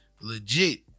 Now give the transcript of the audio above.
legit